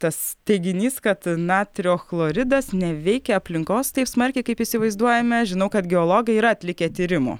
tas teiginys kad natrio chloridas neveikia aplinkos taip smarkiai kaip įsivaizduojame žinau kad geologai yra atlikę tyrimų